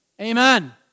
Amen